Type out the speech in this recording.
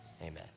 amen